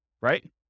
right